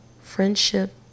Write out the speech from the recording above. friendship